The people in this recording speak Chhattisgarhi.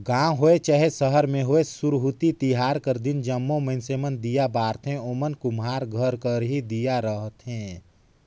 गाँव होए चहे सहर में होए सुरहुती तिहार कर दिन जम्मो मइनसे मन दीया बारथें ओमन कुम्हार घर कर ही दीया रहथें